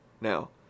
Now